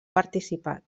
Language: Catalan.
participat